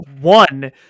One